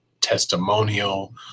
testimonial